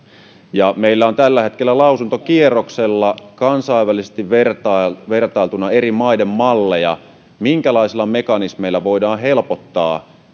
ja meillä on tällä hetkellä lausuntokierroksella kansainvälisesti vertailtuna vertailtuna eri maiden malleja minkälaisilla mekanismeilla voidaan helpottaa